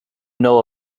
know